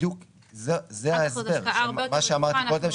בדיוק זה ההסבר למה שאמרתי קודם,